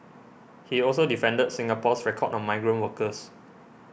he also defended Singapore's record on migrant workers